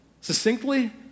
succinctly